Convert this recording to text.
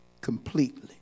completely